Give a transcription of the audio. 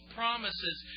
promises